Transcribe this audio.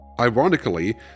Ironically